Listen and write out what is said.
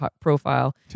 profile